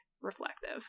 reflective